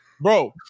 Bro –